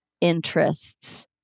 interests